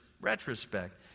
retrospect